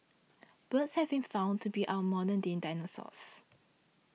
birds have been found to be our modern day dinosaurs